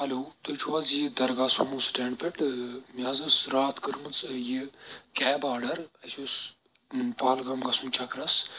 hello تُہۍ چھُو حظ یہِ درگاہ سومو سٹینٛڈ پؠٹھ مےٚ حظ ٲس راتھ کٔرمٕژ یہِ کیب آرڈَر اَسہِ اوس پَہلگام گژھُن چَکرَس